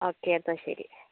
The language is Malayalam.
ഓക്കേ അപ്പോൾ ശരി